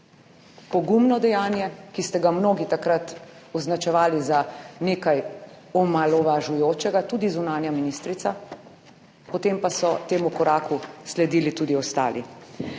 Pogumno dejanje, ki ste ga mnogi takrat označevali za nekaj omalovažujočega, tudi zunanja ministrica, potem pa so temu koraku sledili tudi ostali.